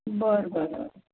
बरं बरं बरं